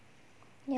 ya lah